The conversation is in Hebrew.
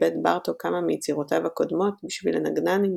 עיבד בארטוק כמה מיצירותיו הקודמות בשביל לנגנן עם